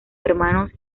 hermanos